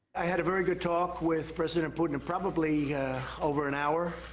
i had a very good talk with president putin, probably over an hour.